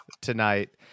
tonight